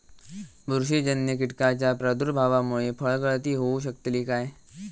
बुरशीजन्य कीटकाच्या प्रादुर्भावामूळे फळगळती होऊ शकतली काय?